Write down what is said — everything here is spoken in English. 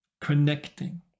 connecting